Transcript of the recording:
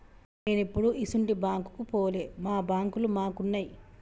నేనెప్పుడూ ఇసుంటి బాంకుకు పోలే, మా బాంకులు మాకున్నయ్